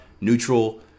neutral